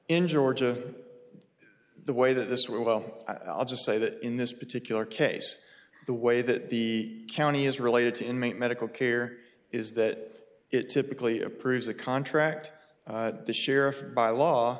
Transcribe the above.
in georgia the way that this will well i'll just say that in this particular case the way that the county is related to inmate medical care is that it typically approves a contract the sheriff by law